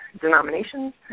denominations